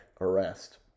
arrest